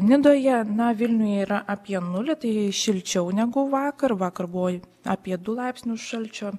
nidoje na vilniuje yra apie nulį tai šilčiau negu vakar vakar buvo apie du laipsnius šalčio